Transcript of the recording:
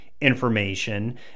information